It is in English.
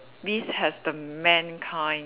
beast has the man kind